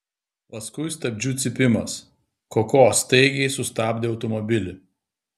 paskui stabdžių cypimas koko staigiai sustabdė automobilį